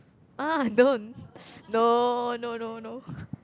[wah] don't no no no no